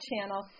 Channel